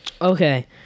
Okay